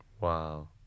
Wow